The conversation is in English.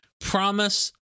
promise